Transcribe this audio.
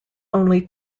only